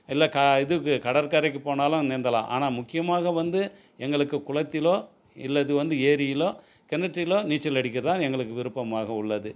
இல்லை க இதுக்கு கடற்கரைக்கு போனாலும் நீந்தலாம் ஆனால் முக்கியமாக வந்து எங்களுக்கு குளத்திலோ இல்லது வந்து ஏரியிலோ கிணற்றிலோ நீச்சல் அடிக்கத்தான் எங்களுக்கு விருப்பமாக உள்ளது